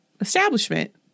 establishment